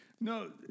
No